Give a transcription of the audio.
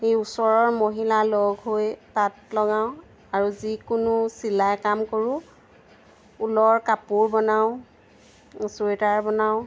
এই ওচৰৰ মহিলা লগ হৈ তাঁত লগাওঁ আৰু যিকোনো চিলাই কাম কৰোঁ ঊলৰ কাপোৰ বনাওঁ ছুৱেটাৰ বনাওঁ